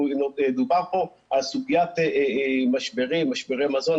דובר פה על סוגיית משברי מזון.